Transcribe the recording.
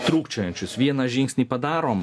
trūkčiojančius vieną žingsnį padarom